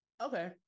Okay